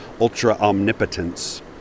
ultra-omnipotence